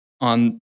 on